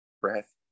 breath